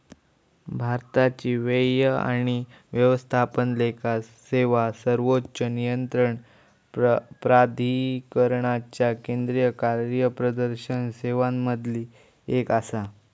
भारताची व्यय आणि व्यवस्थापन लेखा सेवा सर्वोच्च नियंत्रण प्राधिकरणाच्या केंद्रीय कार्यप्रदर्शन सेवांमधली एक आसा